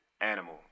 animal